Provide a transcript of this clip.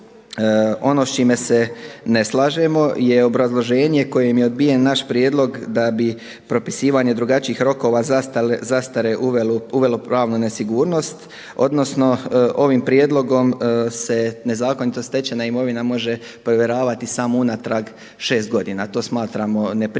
Ono s čime se ne slažemo je obrazloženje kojim je odbijen naš prijedlog da bi propisivanje drugačijih rokova zastare uvelo pravnu nesigurnost, odnosno ovim prijedlogom se nezakonito stečena imovina može provjeravati samo unatrag šest godina. To smatramo neprimjerenim,